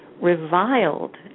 reviled